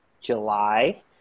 July